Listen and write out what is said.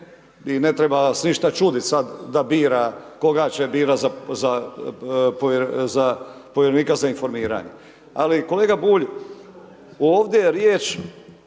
i ne treba vas ništa čuditi sada da bira, koga će birati za povjerenika za informiranje. Ali, kolega Bulj, ovdje je riječ,